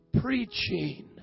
preaching